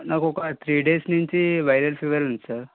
నాకు ఒక three days నుంచి వైరల్ ఫీవర్ ఉంది సార్